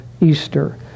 Easter